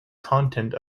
content